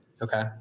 Okay